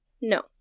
no